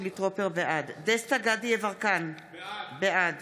דסטה גדי יברקן, בעד